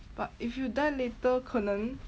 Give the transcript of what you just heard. but if you die later 可能